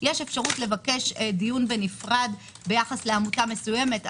יש אפשרות לבקש דיון בנפרד ביחס לעמותה מסוימת,